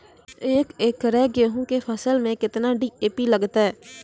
एक एकरऽ गेहूँ के फसल मे केतना डी.ए.पी लगतै?